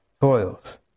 toils